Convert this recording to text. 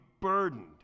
burdened